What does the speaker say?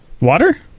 water